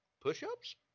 push-ups